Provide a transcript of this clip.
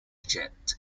jet